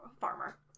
farmer